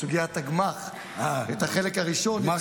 בסוגיית הגמ"ח, את החלק הראשון --- אה.